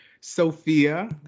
Sophia